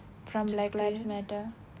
from black lives matter